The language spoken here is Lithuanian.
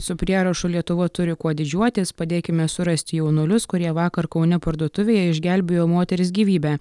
su prierašu lietuva turi kuo didžiuotis padėkime surasti jaunuolius kurie vakar kaune parduotuvėje išgelbėjo moters gyvybę